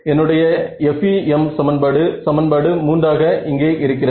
என்னுடைய FEM சமன்பாடு சமன்பாடு 3 ஆக இங்கே இருக்கிறது